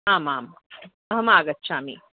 आम् आम् अहमागच्छामि